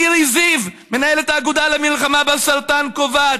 מירי זיו, מנהלת האגודה למלחמה בסרטן, קובעת: